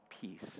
peace